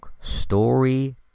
story